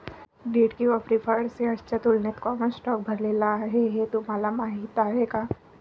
Date किंवा preferred शेअर्सच्या तुलनेत कॉमन स्टॉक भरलेला आहे हे तुम्हाला माहीत आहे का?